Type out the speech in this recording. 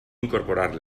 incorporar